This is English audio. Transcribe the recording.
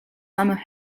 summer